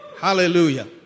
hallelujah